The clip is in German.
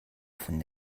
von